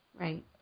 right